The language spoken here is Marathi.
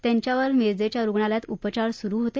त्यांच्यावर मिरजेच्या रुग्णालयात उपचार सुरू होते